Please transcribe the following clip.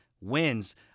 wins